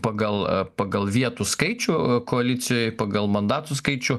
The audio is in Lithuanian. pagal pagal vietų skaičių koalicijoj pagal mandatų skaičių